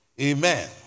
Amen